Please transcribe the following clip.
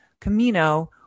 Camino